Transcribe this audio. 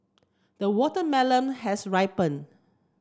the watermelon has ripen